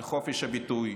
על חופש הביטוי,